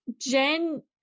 Jen